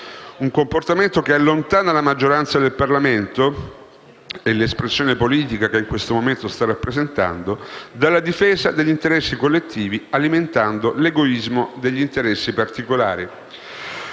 un comportamento che allontana la maggioranza del Parlamento - e l'espressione politica che in questo momento sta rappresentando - dalla difesa degli interessi collettivi, alimentando l'egoismo degli interessi particolari.